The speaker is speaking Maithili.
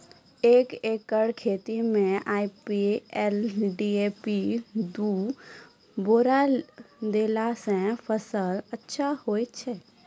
एक एकरऽ खेती मे आई.पी.एल डी.ए.पी दु बोरा देला से फ़सल अच्छा होय छै?